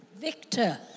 Victor